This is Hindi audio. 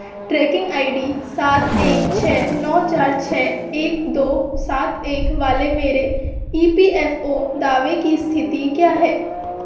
ट्रैकिंग आई डी सात एक छः नौ चार छः एक दो सात एक वाले मेरे ई पी एफ़ ओ दावे की स्थिति क्या है